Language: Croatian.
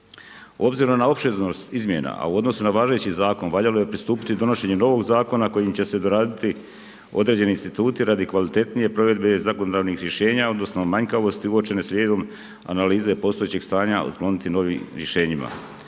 Obzirom na opsežnost izmjena, a u odnosu na važeći Zakon, valjalo je pristupiti donošenju novog Zakona kojim će se doraditi određeni instituti radi kvalitetnije provedbe zakonodavnih rješenja odnosno manjkavosti uočene slijedom analize postojećeg stanja otkloniti novim rješenjima.